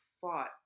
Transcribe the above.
fought